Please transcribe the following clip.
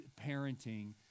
parenting